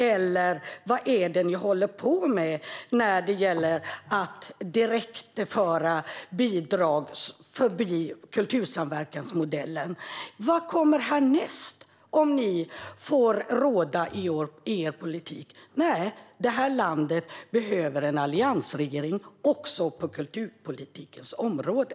Eller vad är det ni håller på med när det gäller att tillföra bidrag direkt, förbi kultursamverkansmodellen? Vad kommer härnäst om ni får råda med er politik? Nej, det här landet behöver en alliansregering också på kulturpolitikens område.